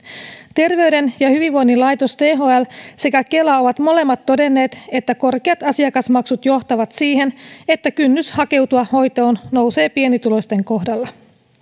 terveyden ja hyvinvoinnin laitos thl sekä kela ovat molemmat todenneet että korkeat asiakasmaksut johtavat siihen että kynnys hakeutua hoitoon nousee pienituloisten kohdalla